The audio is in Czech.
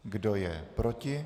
Kdo je proti?